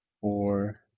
Four